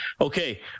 okay